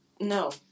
No